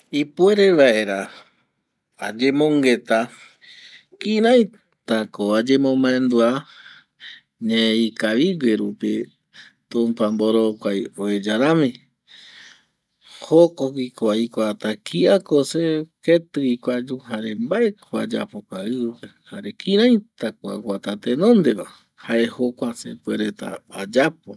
Ipuere vaera ayemongueta kiraita ko ayemomaendua ñee ikavigue rupi tumpa mborokuai oeya rami jokogui ko aikuata kia ko se, ketɨ gui ko ayu jare mbae ko ayapo kua ɨvɨ pe, jare kiraita ko aguata tenonde va jae jokua sepuereta ayapo